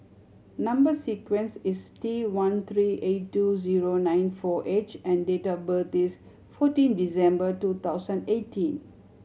number sequence is T one three eight two zero nine four H and date of birth is fourteen December two thousand eighteen